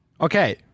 okay